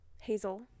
hazel